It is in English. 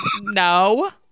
no